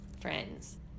friends